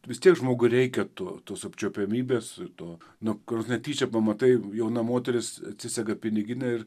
vis tiek žmogui reikia to tos apčiuopiamybės to nu ka prasme tyčia pamatai jauna moteris atsisega piniginę ir